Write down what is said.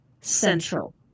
central